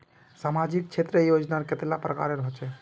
सामाजिक क्षेत्र योजनाएँ कतेला प्रकारेर होचे?